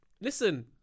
listen